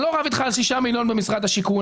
אני לא רב אתך על שישה מיליון שקלים במשרד השיכון,